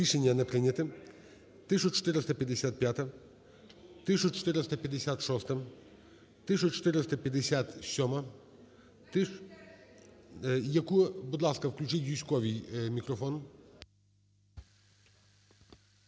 Рішення не прийняте. 1455-а. 1456-а. 1457-а. Будь ласка, включіть Юзьковій мікрофон.